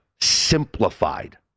simplified